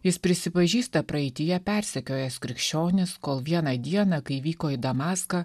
jis prisipažįsta praeityje persekiojęs krikščionis kol vieną dieną kai vyko į damaską